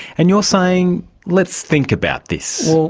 and you're saying let's think about this. well,